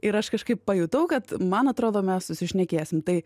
ir aš kažkaip pajutau kad man atrodo mes susišnekėsim tai